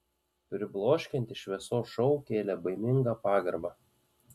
pribloškiantis šviesos šou kėlė baimingą pagarbą